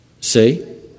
See